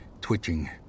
twitching